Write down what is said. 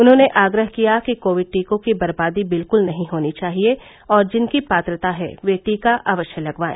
उन्होंने आग्रह किया कि कोविड टीको की बर्बादी बिल्कुल नहीं होनी चाहिए और जिनकी पात्रता है वे टीका अवश्य लगवाए